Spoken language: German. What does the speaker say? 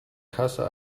kasse